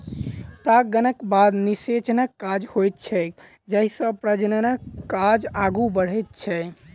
परागणक बाद निषेचनक काज होइत छैक जाहिसँ प्रजननक काज आगू बढ़ैत छै